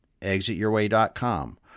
ExitYourWay.com